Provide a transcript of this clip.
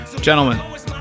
gentlemen